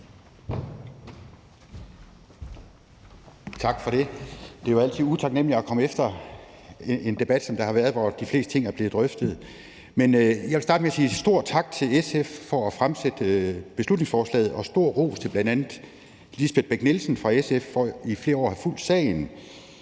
Tak for det. Det er jo altid utaknemligt at komme efter en debat som den, der lige har været, hvor de fleste ting er blevet drøftet. Men jeg vil starte med at sige stor tak til SF for at have fremsat beslutningsforslaget og komme med en stor ros til bl.a. Lisbeth Bech-Nielsen fra SF for i flere år at have fulgt sagen.